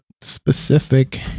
specific